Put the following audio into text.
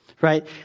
Right